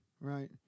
right